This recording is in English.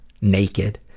naked